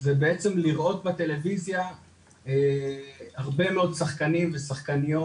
זה בעצם לראות בטלוויזיה הרבה מאוד שחקנים ושחקניות,